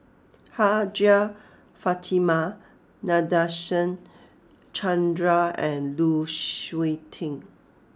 Hajjah Fatimah Nadasen Chandra and Lu Suitin